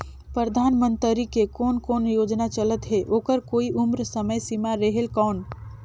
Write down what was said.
परधानमंतरी के कोन कोन योजना चलत हे ओकर कोई उम्र समय सीमा रेहेल कौन?